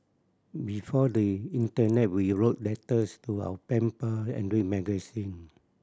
before the in internet we wrote letters to our pen pal and read magazine